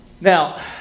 Now